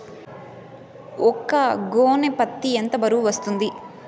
ఒక గోనె పత్తి ఎంత బరువు వస్తుంది?